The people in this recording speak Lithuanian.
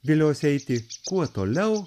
vilios eiti kuo toliau